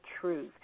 truth